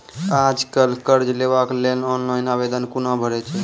आज कल कर्ज लेवाक लेल ऑनलाइन आवेदन कूना भरै छै?